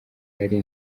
nari